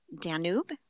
Danube